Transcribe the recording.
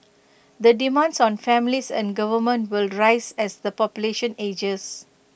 the demands on families and government will rise as the population ages